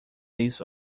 isso